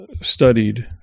studied